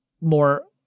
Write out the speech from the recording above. more